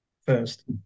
first